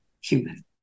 human